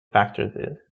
factors